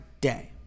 day